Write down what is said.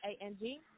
a-n-g